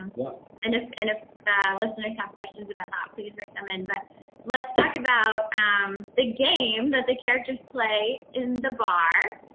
um but and if and if listeners have questions about that, ah please write them in. but let's talk about um the game that the characters play in the bar,